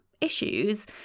issues